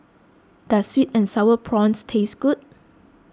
does Sweet and Sour Prawns taste good